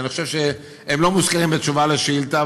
אני חושב שהם לא מוזכרים בתשובה על השאילתה,